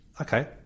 okay